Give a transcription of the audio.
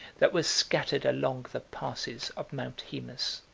that were scattered along the passes of mount haemus.